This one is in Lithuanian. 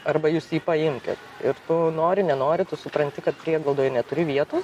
arba jūs jį paimkit ir tu nori nenori tu supranti kad prieglaudoj neturi vietos